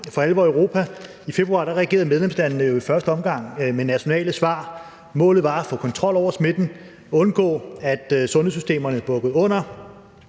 for alvor ramte Europa i februar, reagerede medlemslandene jo i første omgang med nationale svar. Målet var at få kontrol over smitten og undgå, at sundhedssystemerne bukkede under.